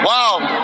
Wow